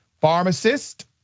pharmacist